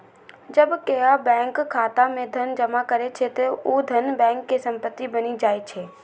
जब केओ बैंक खाता मे धन जमा करै छै, ते ऊ धन बैंक के संपत्ति बनि जाइ छै